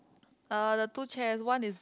uh the two chairs one is